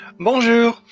Bonjour